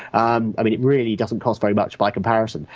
um um and it really doesn't cost very much by comparison.